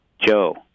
Joe